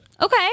okay